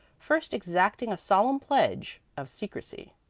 first exacting a solemn pledge of secrecy.